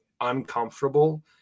uncomfortable